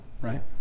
Right